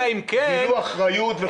גילו אחריות וכולי.